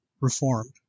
Reformed